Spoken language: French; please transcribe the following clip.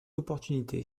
opportunité